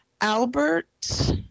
Albert